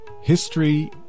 History